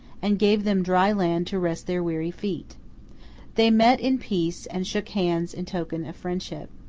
and gave them dry land to rest their weary feet they met in peace, and shook hands in token of friendship.